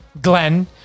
Glenn